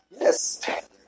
Yes